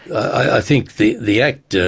i think the the act,